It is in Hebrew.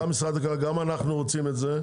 גם משרד הכלכלה, גם אנחנו רוצים את זה.